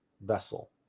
vessel